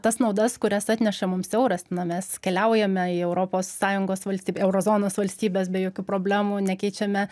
tas naudas kurias atneša mums euras na mes keliaujame į europos sąjungos valstyb euro zonos valstybes be jokių problemų nekeičiame